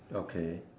okay